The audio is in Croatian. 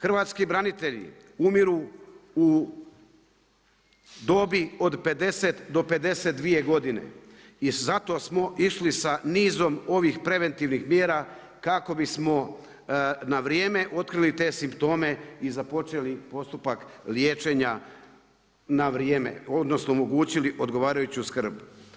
Hrvatski branitelji umiru u dobi od 50 do 52 godine i zato smo išli sa nizom ovih preventivnih mjera kako bismo na vrijeme otkrili te simptome i započeli postupak liječenja na vrijeme odnosno omogućili odgovarajuću skrb.